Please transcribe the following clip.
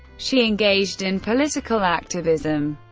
she engaged in political activism,